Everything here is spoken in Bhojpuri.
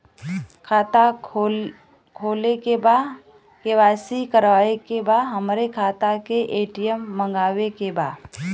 खाता खोले के बा के.वाइ.सी करावे के बा हमरे खाता के ए.टी.एम मगावे के बा?